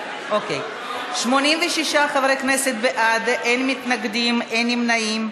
86 חברי כנסת בעד, אין מתנגדים, אין נמנעים.